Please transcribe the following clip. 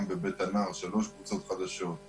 גם ב"בית הנער" יש שלוש קבוצות חדשות.